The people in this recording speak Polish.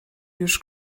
już